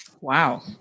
wow